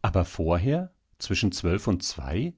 aber vorher zwischen zwölf und zwei